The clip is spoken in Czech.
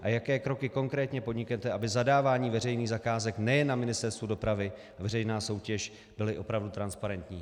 A jaké kroky konkrétně podniknete, aby zadávání veřejných zakázek nejen na Ministerstvu dopravy veřejná soutěž byly opravdu transparentní?